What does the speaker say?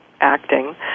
acting